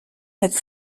het